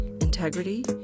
integrity